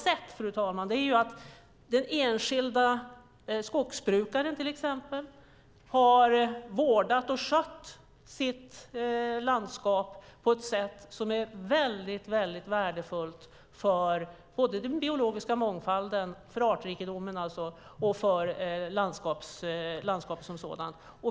Den enskilda skogsbrukaren har vårdat och skött sitt landskap på ett sätt som är mycket värdefullt för den biologiska mångfalden, artrikedomen, och för landskapet som sådant.